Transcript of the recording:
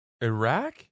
Iraq